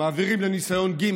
מעבירים לניסיון ג'.